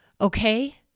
Okay